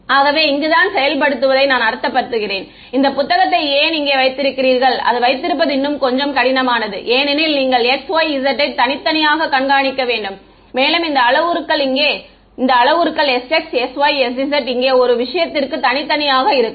ஆகவே இங்குதான் செயல்படுத்தப்படுவதை நான் அர்த்தப்படுத்துகிறேன் இந்த புத்தகத்தை ஏன் இங்கே தைத்திருக்கிறீர்கள் அது வைத்திருப்பது இன்னும் கொஞ்சம் கடினமானது ஏனெனில் நீங்கள் x y z ஐ தனித்தனியாக கண்காணிக்க வேண்டும் மேலும் இந்த அளவுருக்கள் sx sysz இங்கே ஒவ்வொரு விஷயத்திற்கும் தனித்தனியாக இருக்கும்